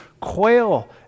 quail